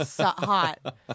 hot